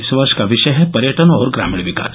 इस वर्ष का विषय है पर्यटन और ग्रामीण विकास